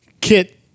kit